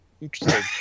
Interesting